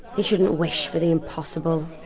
you shouldn't wish for the impossible.